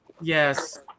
Yes